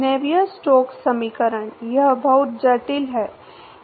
Navier Stokes समीकरण यह बहुत जटिल है